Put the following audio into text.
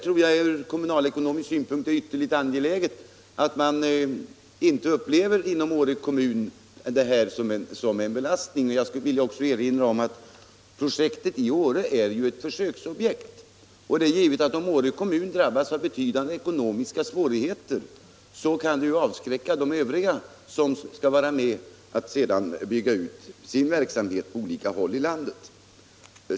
Ur kommunalekonomisk synpunkt tror jag det är ytterligt angeläget att man inte inom Åre kommun upplever anläggningen som en belastning. Jag skulle också vilja erinra om att projektet i Åre ju är ett försöksobjekt. Det är givet att om Åre kommun drabbas av betydande ekonomiska svårigheter, så kan det avskräcka övriga som sedan skall vara med om att bygga ut sin verksamhet på olika håll i landet.